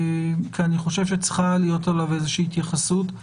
כי אני חושב שצריכה להיות עליו איזושהי התייחסות.